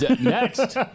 Next